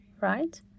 right